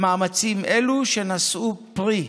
ומאמצים אלו נשאו פרי.